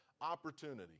opportunity